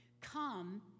come